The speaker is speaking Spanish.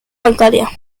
bancaria